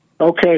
Okay